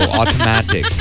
automatic